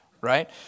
Right